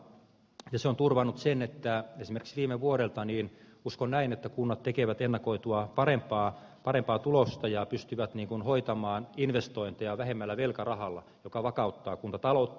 se on turvannut sen että esimerkiksi viime vuodelta uskon näin kunnat tekevät ennakoitua parempaa tulosta ja pystyvät hoitamaan investointeja vähemmällä velkarahalla mikä vakauttaa kuntataloutta